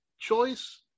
choice